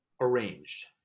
arranged